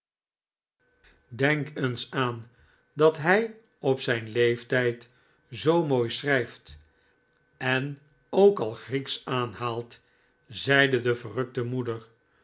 denk eens aan dat hij op zijn leeftijd zoo mooi schrijft en ook al grieksch aanhaalt zeide de verrukte moeder